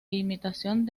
imitación